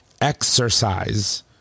exercise